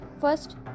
First